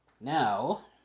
now